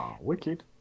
Wicked